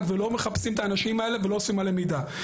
ולא מחפשים את האנשים האלה ולא אוספים עליהם מידע,